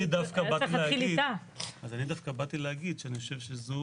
דווקא באתי להגיד שזאת